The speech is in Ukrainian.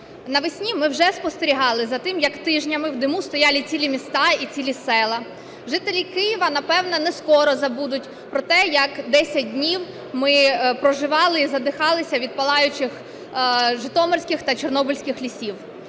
Навесні ми вже спостерігали за тим, як тижнями в диму стояли цілі міста і цілі села. Жителі Києва, напевно, не скоро забудуть про те, як 10 днів ми проживали і задихалися від палаючих житомирських та чорнобильських лісів.